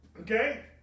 Okay